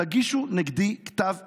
תגישו נגדי כתב אישום,